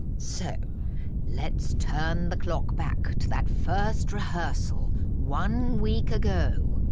so let's turn the clock back to that first rehearsal, one week ago,